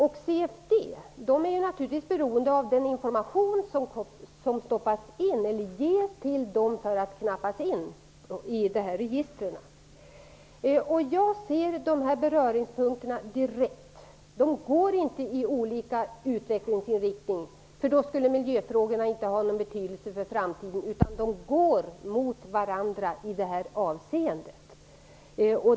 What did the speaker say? CFD är naturligtvis beroende av den information som ges till dem för att knappas in i registren. Jag ser dessa beröringspunkter direkt. Verksamheterna har inte olika utvecklingsinriktning -- då skulle miljöfrågorna inte ha någon betydelse för framtiden -- utan de går mot varandra i detta avseende.